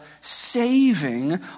saving